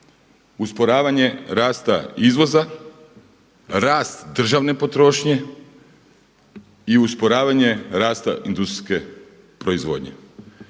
usporavanje rasta izvoza, rast državne potrošnje i usporavanje rasta industrijske proizvodnje.